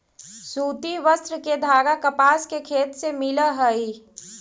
सूति वस्त्र के धागा कपास के खेत से मिलऽ हई